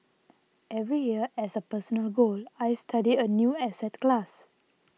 every year as a personal goal I study a new asset class